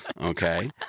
Okay